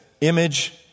image